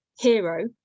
hero